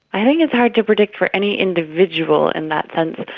i think it's hard to predict for any individual in that sense.